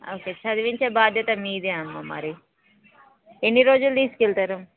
okay చదివించే బాధ్యత మీదే అమ్మ మరి ఎన్ని రోజులు తీసుకు వెళ్తరు